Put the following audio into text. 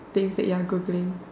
things that you are Googling